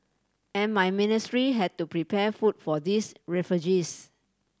and my ministry had to prepare food for these refugees